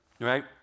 right